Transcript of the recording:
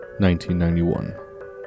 1991